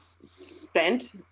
spent